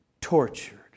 tortured